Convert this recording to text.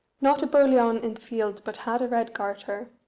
not a boliaun in the field but had a red garter,